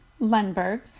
Lundberg